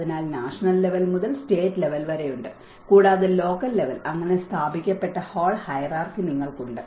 അതിനാൽ national level മുതൽ state level വരെ ഉണ്ട് കൂടാതെ ലോക്കൽ ലെവൽ അങ്ങനെ സ്ഥാപിക്കപ്പെട്ട ഹോൾ ഹയരാർക്കി നിങ്ങൾക്കുണ്ട്